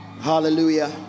Hallelujah